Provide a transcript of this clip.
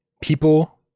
people